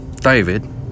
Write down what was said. David